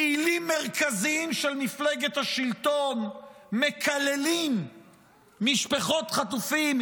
פעילים מרכזיים של מפלגת השלטון מקללים משפחות חטופים,